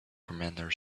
commander